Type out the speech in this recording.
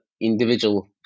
individual